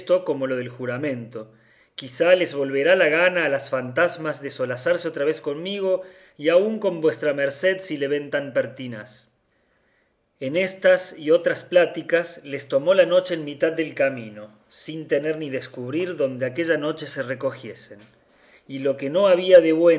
como lo del juramento quizá les volverá la gana a las fantasmas de solazarse otra vez conmigo y aun con vuestra merced si le ven tan pertinaz en estas y otras pláticas les tomó la noche en mitad del camino sin tener ni descubrir donde aquella noche se recogiesen y lo que no había de